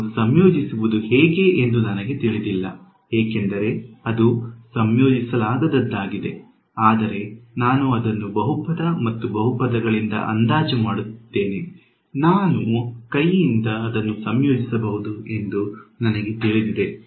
ಇದನ್ನು ಸಂಯೋಜಿಸುವುದು ಹೇಗೆ ಎಂದು ನನಗೆ ತಿಳಿದಿಲ್ಲ ಏಕೆಂದರೆ ಅದು ಸಂಯೋಜಿಸಲಾಗದದ್ದಾಗಿದೆ ಆದರೆ ನಾನು ಅದನ್ನು ಬಹುಪದ ಮತ್ತು ಬಹುಪದಗಳಿಂದ ಅಂದಾಜು ಮಾಡುತ್ತಿದ್ದೇನೆ ನಾವು ಕೈಯಿಂದ ಅದನ್ನು ಸಂಯೋಜಿಸಬಹುದು ಎಂದು ನನಗೆ ತಿಳಿದಿದೆ